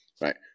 right